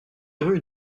rue